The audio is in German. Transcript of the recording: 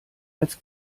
als